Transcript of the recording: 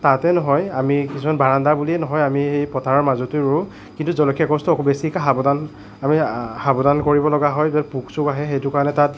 তাতে নহয় আমি কিছুমান বাৰান্দা বুলিয়েই নহয় আমি পথাৰৰ মাজটো ৰুওঁ কিন্তু জলকীয়া গছটো বেছিকৈ সাৱধান আমি সাৱধান সাৱধান কৰিব লগা হয় পোক চোক আহে সেইটো কাৰণে তাত